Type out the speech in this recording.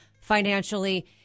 financially